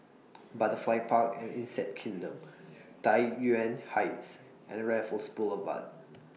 Butterfly Park and Insect Kingdom Tai Yuan Heights and Raffles Boulevard